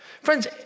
Friends